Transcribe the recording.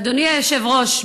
אדוני היושב-ראש,